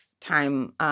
time